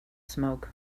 smoke